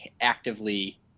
actively